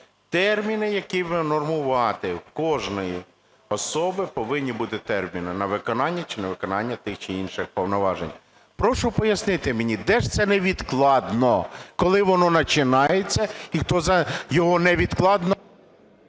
Терміни, якими нормувати, у кожної особи повинні бути терміни на виконання чи невиконання тих чи інших повноважень. Прошу пояснити мені, де ж це "невідкладно", коли воно начинается і… ГОЛОВУЮЧИЙ.